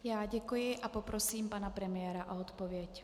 Já děkuji a poprosím pana premiéra o odpověď.